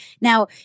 Now